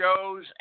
shows